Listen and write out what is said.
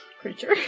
creature